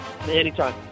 Anytime